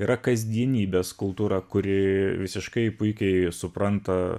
yra kasdienybės kultūra kuri visiškai puikiai supranta